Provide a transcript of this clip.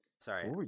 Sorry